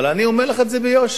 אבל אני אומר לך את זה ביושר,